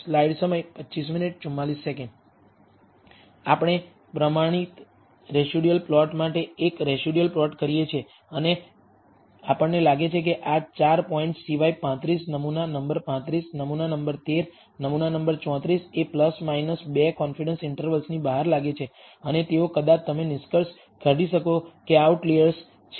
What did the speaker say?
આપણે પ્રમાણિત residual plot માટે એક રેસિડયુઅલ પ્લોટ કરીએ છીએ અને આપણને લાગે છે કે આ 4 પોઇન્ટ્સ સિવાય 35 નમૂના નંબર 35 નમૂના નંબર 13 નમૂના નંબર 34 એ 2 કોન્ફિડન્સ ઈન્ટર્વલની બહાર લાગે છે અને તેઓ કદાચ તમે નિષ્કર્ષ કાઢી શકો કે આ આઉટલિઅર્સ છે